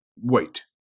Wait